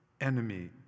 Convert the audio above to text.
enemy